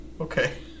Okay